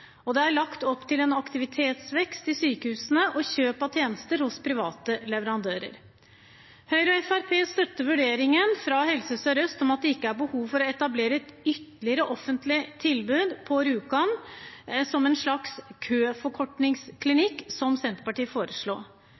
og det er lagt opp til en aktivitetsvekst i sykehusene og kjøp av tjenester hos private leverandører. Høyre og Fremskrittspartiet støtter vurderingen fra Helse Sør-Øst om at det ikke er behov for å etablere et ytterligere offentlig tilbud på Rjukan som en slags kø-forkortningsklinikk, som Senterpartiet foreslår,